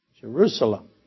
Jerusalem